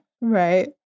Right